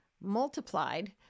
multiplied